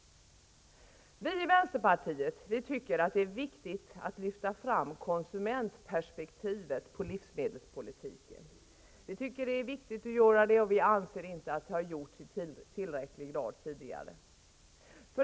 Vi i vänsterpartiet anser att det är viktigt att lyfta fram konsumentperspektivet på livsmedelspolitiken, och vi anser inte att detta tidigare har gjorts i tillräcklig grad.